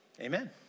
Amen